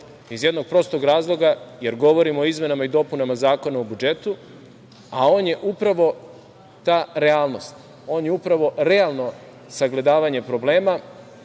Iz jednog prostog razloga, jer govorimo o izmenama i dopunama Zakona o budžetu, a on je upravo ta realnost, oni upravo realno sagledavanje problema